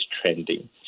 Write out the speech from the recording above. trending